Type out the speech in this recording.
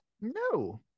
No